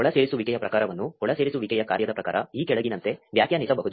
ಒಳಸೇರಿಸುವಿಕೆಯ ಪ್ರಕಾರವನ್ನು ಒಳಸೇರಿಸುವಿಕೆಯ ಕಾರ್ಯದ ಪ್ರಕಾರ ಈ ಕೆಳಗಿನಂತೆ ವ್ಯಾಖ್ಯಾನಿಸಬಹುದು